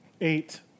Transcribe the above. Eight